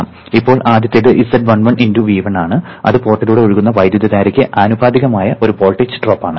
ഇപ്പോൾ ആദ്യത്തേത് z11 × I1 ആണ് അത് പോർട്ടിലൂടെ ഒഴുകുന്ന വൈദ്യുതധാരയ്ക്ക് ആനുപാതികമായ ഒരു വോൾട്ടേജ് ഡ്രോപ്പാണ്